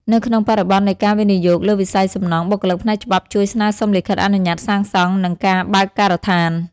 នៅក្នុងបរិបទនៃការវិនិយោគលើវិស័យសំណង់ បុគ្គលិកផ្នែកច្បាប់ជួយស្នើសុំលិខិតអនុញ្ញាតសាងសង់ និងការបើកការដ្ឋាន។